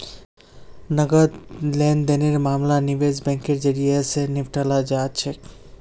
नकद लेन देनेर मामला निवेश बैंकेर जरियई, स निपटाल जा छेक